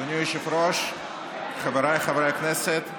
אדוני היושב-ראש, חבריי חברי הכנסת,